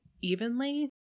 evenly